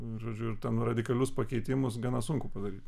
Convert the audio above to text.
žodžiu ir ten radikalius pakeitimus gana sunku padaryt